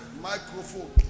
microphone